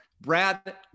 Brad